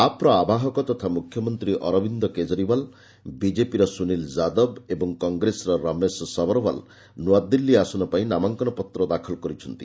ଆପ୍ର ଆବାହକ ତଥା ମୁଖ୍ୟମନ୍ତ୍ରୀ ଅରବିନ୍ଦ କେଜରିଓ୍ୱାଲ୍ ବିଜେପିର ସୁନିଲ୍ ଯାଦବ ଏବଂ କଂଗ୍ରେସର ରମେଶ ଶବରୱାଲ୍ ନୂଆଦିଲ୍ଲୀ ଆସନ ପାଇଁ ନାମାଙ୍କନ ପତ୍ର ଦାଖଲ କରିଛନ୍ତି